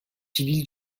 civil